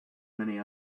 many